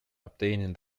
obtaining